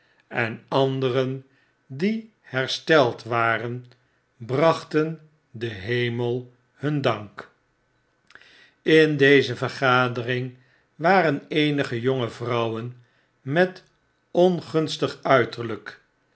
en anderen die hersteld waren brachten den hemel hun dank in deze vergadering waren eenige jonge vrouwen met ongunstig uiterlijk